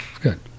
good